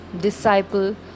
disciple